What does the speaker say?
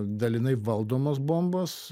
dalinai valdomos bombos